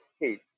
hey